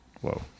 Whoa